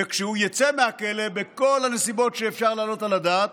וכשהוא יצא מהכלא בכל הנסיבות שאפשר להעלות על הדעת,